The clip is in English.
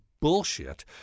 bullshit